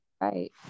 Right